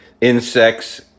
insects